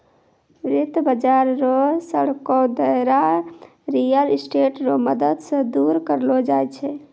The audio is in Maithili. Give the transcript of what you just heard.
वित्त बाजार रो सांकड़ो दायरा रियल स्टेट रो मदद से दूर करलो जाय छै